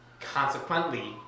consequently